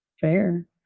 Fair